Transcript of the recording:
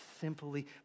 simply